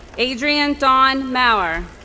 adriane dawn maurer